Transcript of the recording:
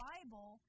Bible